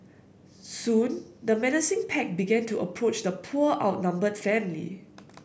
soon the menacing pack began to approach the poor outnumbered family